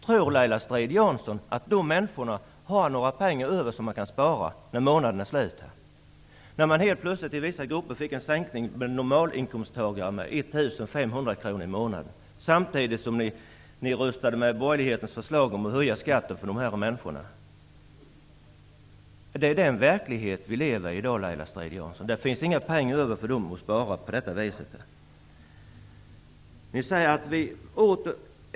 Tror Laila Strid Jansson att de människor som drabbades har några pengar över att spara när månaden är slut? Helt plötsligt fick vissa grupper av normalinkomsttagare en sänkning på 1 500 kr per månad. Samtidigt röstade ni med borgerlighetens förslag om höjning av skatten för dessa människor. Det är den verklighet vi lever i i dag, Laila Strid-Jansson. På det här viset finns det inga pengar över att spara för dessa människor.